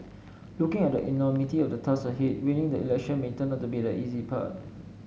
looking at the enormity of the tasks ahead winning the election may turn out to be the easy part